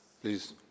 please